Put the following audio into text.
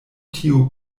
tio